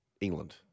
England